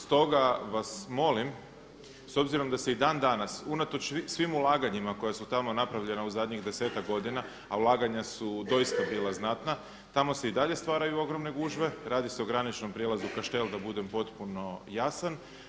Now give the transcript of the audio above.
Stoga vas molim s obzirom da se i dan danas unatoč svim ulaganjima koja su tamo napravljena u zadnjih desetak godina a ulaganja su doista bila znatna tamo se i dalje stvaraju ogromne gužve, radi se o graničnom prijelazu Kaštel da budem potpuno jasan.